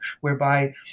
whereby